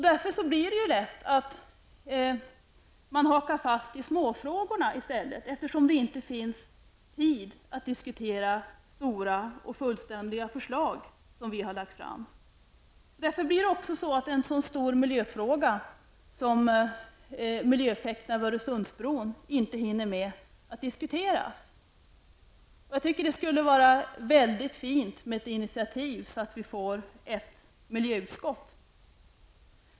Därför hakar man lätt fast vid småfrågorna, eftersom det inte finns tid att diskutera de stora och fullständiga lagförslag som vi har lagt fram. Inte ens en sådan stor miljöfråga som miljöeffekterna av Öresundsbron hinner med att diskuteras. Det skulle vara väldigt fint med ett initiativ så att vi får ett miljöutskott.